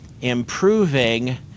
improving